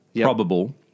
probable